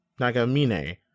nagamine